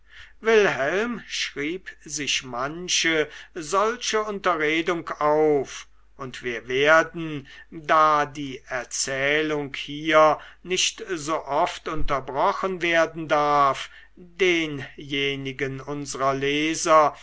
wilhelm schrieb sich manche solche unterredung auf und wir werden da die erzählung hier nicht so oft unterbrochen werden darf denjenigen unsrer leser